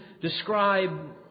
describe